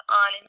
on